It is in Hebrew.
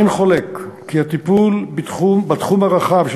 אין חולק כי הטיפול בתחום הרחב של